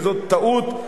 וזאת טעות,